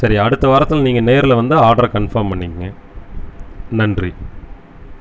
சரி அடுத்த வாரத்தில் நீங்கள் நேரில் வந்து ஆடரை கன்ஃபார்ம் பண்ணிக்கோங்க நன்றி